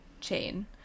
chain